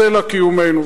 סלע קיומנו,